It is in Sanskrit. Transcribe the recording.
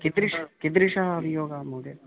कीदृशः कीदृशः अभियोगः महोदय